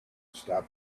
stop